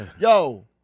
Yo